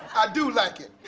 i do like it.